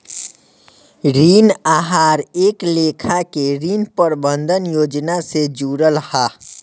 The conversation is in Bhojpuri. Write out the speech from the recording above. ऋण आहार एक लेखा के ऋण प्रबंधन योजना से जुड़ल हा